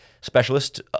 specialist